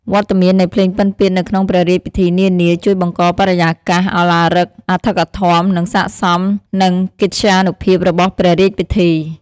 វត្តមាននៃភ្លេងពិណពាទ្យនៅក្នុងព្រះរាជពិធីនានាជួយបង្កបរិយាកាសឱឡារិក អធិកអធម និងស័ក្តិសមនឹងកិត្យានុភាពរបស់ព្រះរាជពិធី។